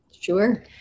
Sure